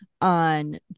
on